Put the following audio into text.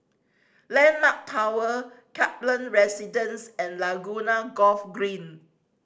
Landmark Tower Kaplan Residence and Laguna Golf Green